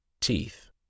Teeth